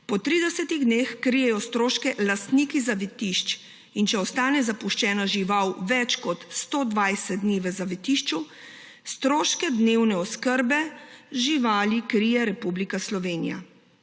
Po 30 dneh krijejo stroške lastniki zavetišč, in če ostane zapuščena žival več kot 120 dni v zavetišču, stroške dnevne oskrbe živali krije Republika Slovenija.